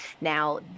Now